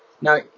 now